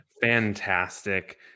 fantastic